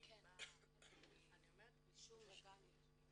אני אומרת רישום לגן ילדים.